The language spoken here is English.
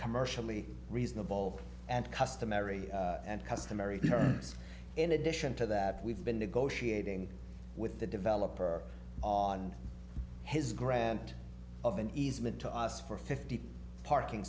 commercially reasonable and customary and customary terms in addition to that we've been negotiating with the developer on his grant of an easement to us for fifty parking